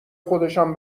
خودشان